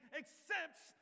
accepts